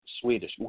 Swedish